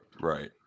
Right